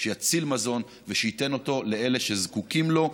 יציל מזון וייתן אותו לאלה שזקוקים לו,